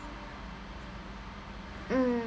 mm